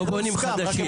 לא בונים חדשים.